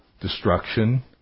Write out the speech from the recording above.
Destruction